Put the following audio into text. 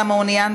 אתה מעוניין,